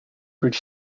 bridge